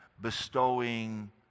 bestowing